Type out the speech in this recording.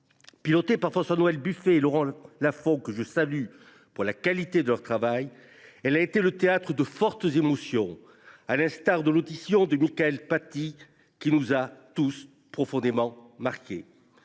Pilotée par François Noël Buffet et Laurent Lafon, que je salue pour la qualité de leur travail, elle a été le théâtre de fortes émotions, comme celle que nous avons ressentie lors de l’audition de Mickaëlle Paty, qui nous a tous profondément marqués.